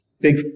big